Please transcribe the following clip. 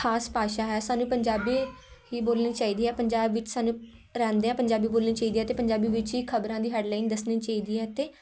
ਖਾਸ ਭਾਸ਼ਾ ਹੈ ਸਾਨੂੰ ਪੰਜਾਬੀ ਹੀ ਬੋਲਣੀ ਚਾਹੀਦੀ ਹੈ ਪੰਜਾਬ ਵਿੱਚ ਸਾਨੂੰ ਰਹਿੰਦਿਆਂ ਪੰਜਾਬੀ ਬੋਲਣੀ ਚਾਹੀਦੀ ਹੈ ਅਤੇ ਪੰਜਾਬੀ ਵਿੱਚ ਹੀ ਖਬਰਾਂ ਦੀ ਹੈੱਡਲਾਈਨ ਦੱਸਣੀ ਚਾਹੀਦੀ ਹੈ ਅਤੇ